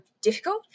difficult